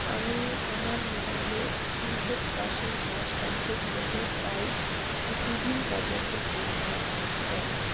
আমি আমার মোবাইলে হান্ড্রেড পারসেন্ট চার্জ কমপ্লিট করলে প্রায় দু দিন পর্যন্ত সেই চার্জ চলে